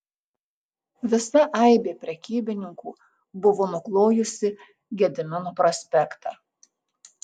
visa aibė prekybininkų buvo nuklojusi gedimino prospektą